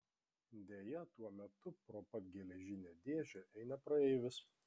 deja tuo metu pro pat geležinę dėžę eina praeivis